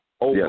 Yes